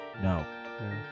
No